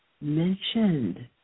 mentioned